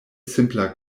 simpla